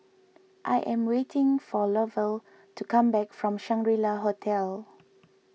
I am waiting for Lovell to come back from Shangri La Hotel